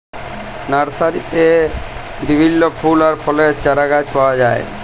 লার্সারিতে বিভিল্য ফুল আর ফলের চারাগাছ পাওয়া যায়